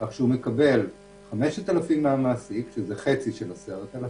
כך שהוא מקבל 5,000 שקל מהמעסיק שזה חצי של 10,000